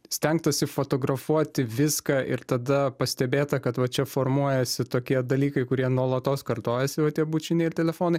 stengtasi fotografuoti viską ir tada pastebėta kad va čia formuojasi tokie dalykai kurie nuolatos kartojasi va tie bučiniai ir telefonai